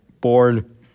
born